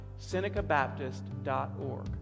SenecaBaptist.org